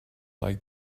like